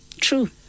true